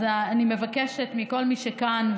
אני מבקשת מכל מי שכאן,